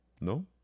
No